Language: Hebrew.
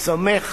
סומך